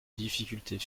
difficultés